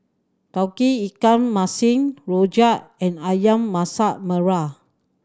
Tauge Ikan Masin rojak and Ayam Masak Merah